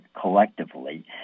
collectively